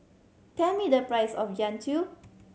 tell me the price of Jian Dui